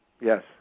yes